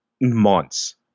months